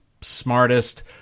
smartest